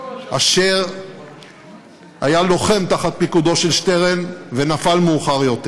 אשר היה לוחם תחת פיקודו של שטרן ונפל מאוחר יותר.